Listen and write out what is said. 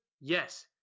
Yes